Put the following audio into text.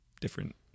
different